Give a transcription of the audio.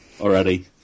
already